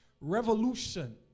Revolution